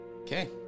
Okay